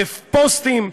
בפוסטים,